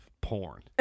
porn